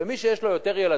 שמי שיש לו יותר ילדים,